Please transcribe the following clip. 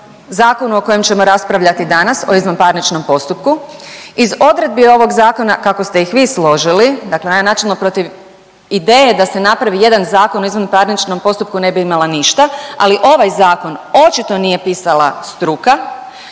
zakonu o kojem ćemo raspravljati danas o izvanparničnom postupku. Iz odredbi ovog zakona kako ste ih vi složili dakle ja načelno protiv ideje da se napravi jedan Zakon o izvanparničnom postupku ne bi imala ništa, ali ovaj zakon očito nije pisala struka,